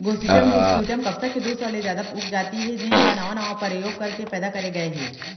Gossypium hirsutum कपसा के दू सौ ले जादा उपजाति हे जेन ल नावा नावा परयोग करके पैदा करे गए हे